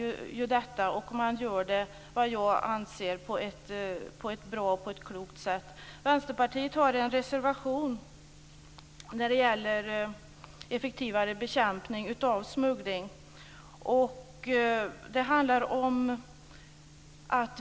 Jag tycker att man gör det arbetet på ett bra och klokt sätt. Vänsterpartiet har en reservation om effektivare bekämpning av smuggling.